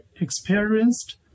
experienced